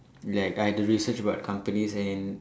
like I have to research about companies and